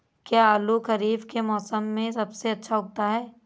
क्या आलू खरीफ के मौसम में सबसे अच्छा उगता है?